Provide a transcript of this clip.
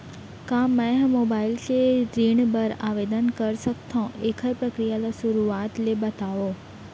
का मैं ह मोबाइल ले ऋण बर आवेदन कर सकथो, एखर प्रक्रिया ला शुरुआत ले बतावव?